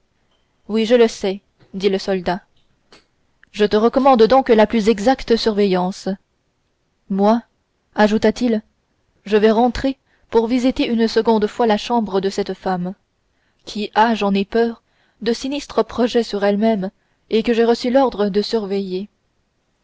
oui je le sais dit le soldat je te recommande donc la plus exacte surveillance moi ajoutat il je vais rentrer pour visiter une seconde fois la chambre de cette femme qui a j'en ai peur de sinistres projets sur ellemême et que j'ai reçu l'ordre de surveiller